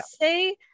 say